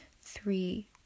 three